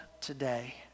today